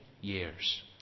years